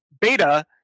Beta